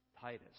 Titus